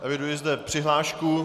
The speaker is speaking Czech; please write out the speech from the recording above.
Eviduji zde přihlášku.